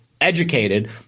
Educated